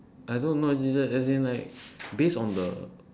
I don't know she's like as in like based on the